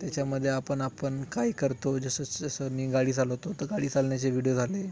त्याच्यामध्ये आपण आपण काय करतो जसं जसं मी गाडी चालवतो तर गाडी चालण्याचे व्हिडीओ झाले